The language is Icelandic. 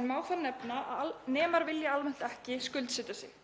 en má þar nefna að nemar vilja almennt ekki skuldsetja sig.